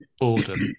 Boredom